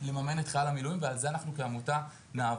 לממן את החייל המילואים ועל זה אנחנו כעמותה נעבוד.